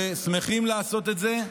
ושמחים לעשות את זה,